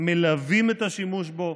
מלווים את השימוש בו,